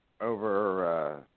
over